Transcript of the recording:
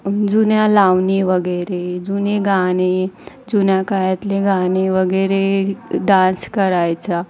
जुन्या लावणी वगैरे जुने गाणे जुन्या काळातले गाणे वगैरे डान्स करायचा